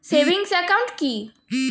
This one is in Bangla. সেভিংস একাউন্ট কি?